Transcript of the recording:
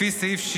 התשפ"ה 2025,